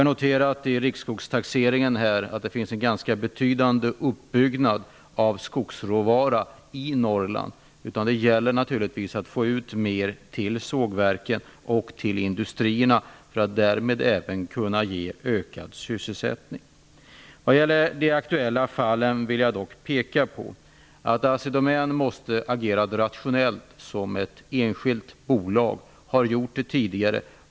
Jag noterar att det framgår av riksskogstaxeringen att det finns en betydande tillgång på skogsråvara i Norrland. Det gäller naturligtvis att få ut mer till sågverken och till industrierna för att därmed även kunna ge ökad sysselsättning. I de aktuella fallen vill jag påpeka att Assidomän måste agera rationellt som ett enskilt bolag. Assidomän har gjort så tidigare.